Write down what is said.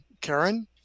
Karen